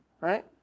right